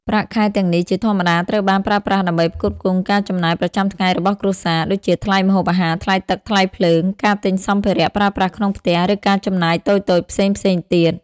ប្រាក់ខែទាំងនេះ ជាធម្មតាត្រូវបានប្រើប្រាស់ដើម្បីផ្គត់ផ្គង់ការចំណាយប្រចាំថ្ងៃរបស់គ្រួសារ ដូចជាថ្លៃម្ហូបអាហារ ថ្លៃទឹក ថ្លៃភ្លើង ការទិញសម្ភារៈប្រើប្រាស់ក្នុងផ្ទះ ឬការចំណាយតូចៗផ្សេងៗទៀត។